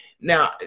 Now